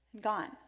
gone